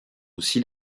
aussi